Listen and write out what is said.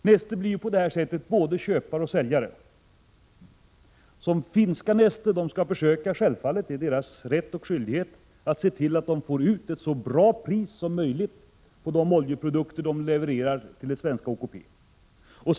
Neste blir på det sättet både köpare och säljare. Det finska Neste har självfallet skyldighet att försöka få ut ett så bra pris som möjligt för de oljeprodukter företaget levererar till det svenska OKP.